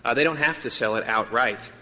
they don't have to sell it outright.